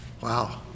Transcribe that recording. Wow